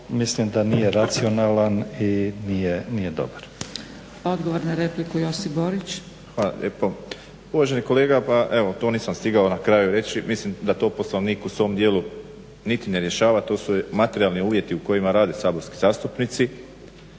mislim da nije racionalan i nije dobar. **Zgrebec, Dragica (SDP)** Odgovor na repliku Josip Borić. **Borić, Josip (HDZ)** Hvala lijepo. Uvaženi kolega to nisam stigao na kraju reći, mislim da to u poslovniku u svom dijelu niti ne rješava. To su materijalni uvjeti u kojima rade saborski zastupnici.